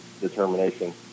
determination